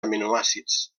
aminoàcids